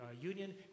union